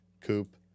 coupe